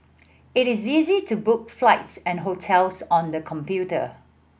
it is easy to book flights and hotels on the computer